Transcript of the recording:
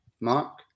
Mark